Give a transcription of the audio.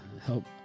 help